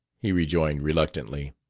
he rejoined reluctantly,